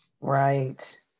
Right